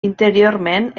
interiorment